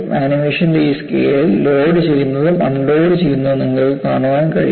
ആനിമേഷന്റെ ഈ സ്കെയിലിൽ ലോഡു ചെയ്യുന്നതും അൺലോഡു ചെയ്യുന്നതും നിങ്ങൾക്ക് കാണാൻ കഴിയും